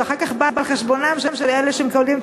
שאחר כך בא על חשבונם של אלה שמקבלים את